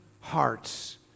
hearts